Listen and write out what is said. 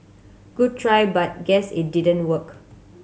good try but guess it didn't work